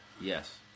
Yes